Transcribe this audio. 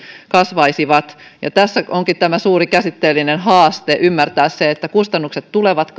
kasvaisivat ja tässä onkin tämä suuri käsitteellinen haaste ymmärtää se että kustannukset tulevat